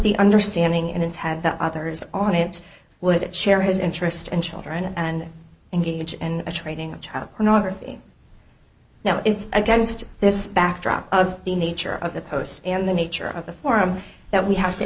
the understanding and it's had that others on it would share his interest in children and engage in a training of child pornography now it's against this backdrop of the nature of the post and the nature of the forum that we have to